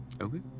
Okay